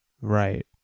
Right